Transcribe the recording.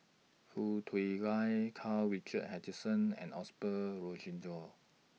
Foo Tui Liew Karl Richard Hanitsch and Osbert Rozario